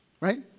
right